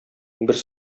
бер